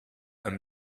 een